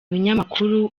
binyamakuru